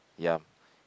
yup